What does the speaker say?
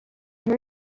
her